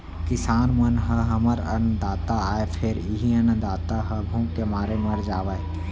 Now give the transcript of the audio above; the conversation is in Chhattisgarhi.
किसान मन ह हमर अन्नदाता आय फेर इहीं अन्नदाता ह भूख के मारे मर जावय